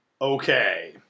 okay